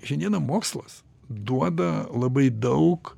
šiandieną mokslas duoda labai daug